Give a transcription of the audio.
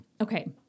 okay